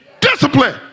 Discipline